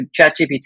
ChatGPT